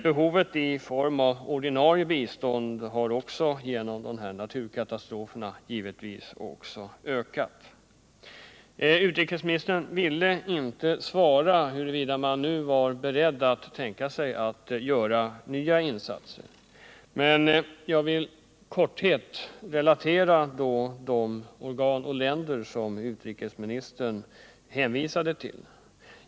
Behovet av ordinarie bistånd har genom dessa naturkatastrofer givetvis också ökat. Utrikesministern ville inte svara huruvida han nu var beredd att verka för nya insatser. Jag vill emellertid i korthet relatera vad de organ och länder som utrikesministern hänvisade till har gjort.